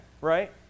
right